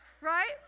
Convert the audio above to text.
Right